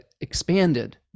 expanded